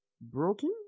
broken